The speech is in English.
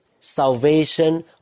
salvation